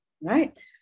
right